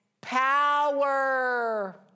power